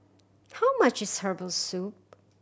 how much is herbal soup